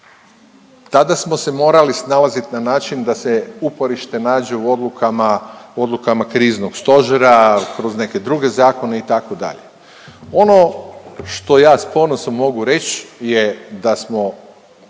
Tada smo se morali snalazit na način da se uporište nađe u odlukama, odlukama kriznog stožera, kroz neke druge zakone itd. Ono što ja s ponosom mogu reć je da smo